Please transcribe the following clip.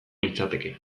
litzateke